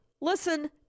listen